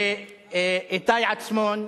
ולאיתי עצמון,